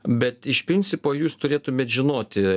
bet iš principo jūs turėtumėt žinoti